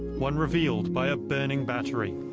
one revealed by a burning battery.